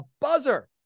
buzzer